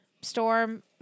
storm